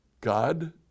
god